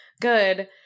good